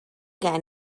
gen